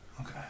Okay